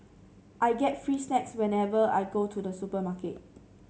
I get free snacks whenever I go to the supermarket